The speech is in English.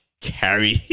carry